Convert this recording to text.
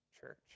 church